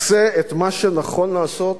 עשה את מה שנכון לעשות,